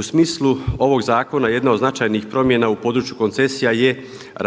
U smislu ovog zakona jedna od značajnih promjena u području koncesija je